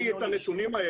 אין לי את הנתונים האלה,